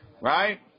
Right